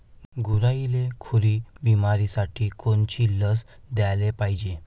गुरांइले खुरी बिमारीसाठी कोनची लस द्याले पायजे?